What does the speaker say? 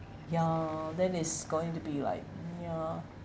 ya then it's going to be like ya